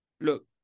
look